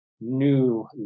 new